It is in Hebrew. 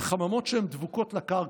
בחממות שדבוקות לקרקע,